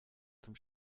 zum